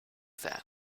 that